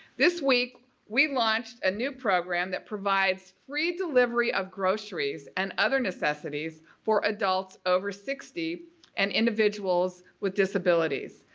this week we launched a new program that provides free delivery of groceries and other necessities for adults over sixty and individuals with disabilities.